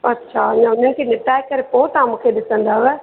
अच्छा मां हुनखे निपटाइ करे पोइ तव्हां मूंखे डिसंदव